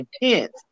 intense